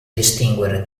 distinguere